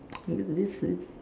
this is